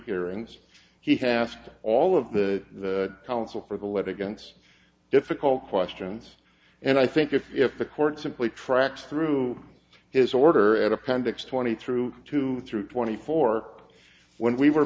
hearings he has asked all of the counsel for the lead against difficult questions and i think that if the court simply tracks through his order at appendix twenty through two through twenty four when we were